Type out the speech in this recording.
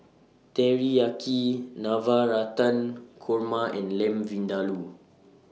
Teriyaki Navratan Korma and Lamb Vindaloo